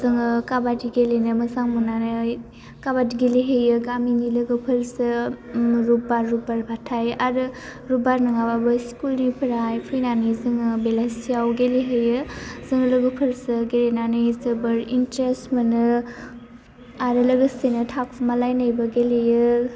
जोङो खाबादि गेलेनो मोजां मोननानै खाबादि गेलेहैयो गामिनि लोगोफोरजों रुबबार रुबबार बाथाय आरो रुबबार नङाबाबो स्कुल निफोराय फैनानै जोङो बेलासियाव गेलेहैयो जों लोगोफोरजों गेलेनानै जोबोर इन्टारेस्ट मोनो आरो लोगोसेनो थाखुमालायनायबो गेलेयो